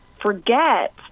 forget